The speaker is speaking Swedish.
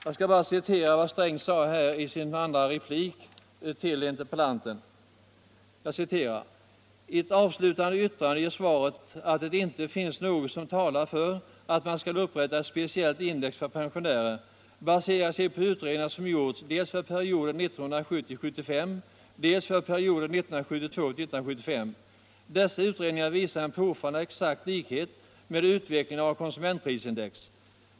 Jag skall bara citera vad herr Sträng sade i sitt andra inlägg i denna interpellationsdebatt: ”Ett avslutande yttrande i svaret att det inte finns något som talar för att man skall upprätta ett speciellt index för pensionärer baserar sig på utredningar som gjorts dels för perioden 1970-1975, dels för perioden 1972-1975. Dessa utredningar visar en påfallande exakt likhet med utvecklingen av konsumentprisindex.